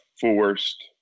forced